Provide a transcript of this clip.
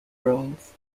roles